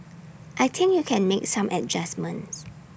I think you can make some adjustments